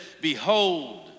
behold